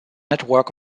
network